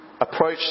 approach